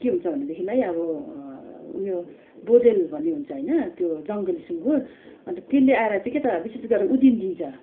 के हुन्छ भनेदेखिलाई अब ऊ यो बँदेल भन्ने हुन्छ होइन त्यो जङ्गली सुँगुर अन्त त्यसले आएर त कि त विशेष गरेर उधिन्छ